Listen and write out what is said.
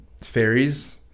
fairies